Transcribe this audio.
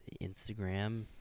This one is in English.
Instagram